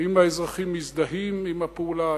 האם האזרחים מזדהים עם הפעולה,